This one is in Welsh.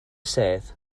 sedd